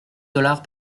dollars